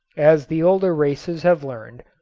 as the older races have learned,